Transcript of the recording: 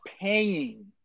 paying –